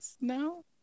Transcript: No